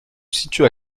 situe